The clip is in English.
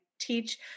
teach